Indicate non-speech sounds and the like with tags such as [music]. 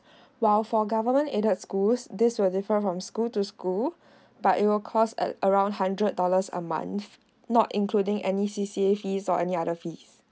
[breath] while for government aided schools these were different from school to school [breath] but it will close at around hundred dollars a month not including any C_C_A fees or any other fees